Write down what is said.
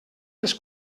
les